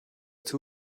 two